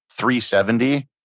370